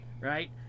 right